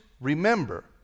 remember